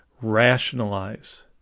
rationalize